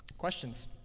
questions